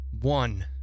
one